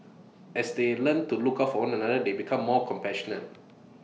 as they learn to look out for one another they become more compassionate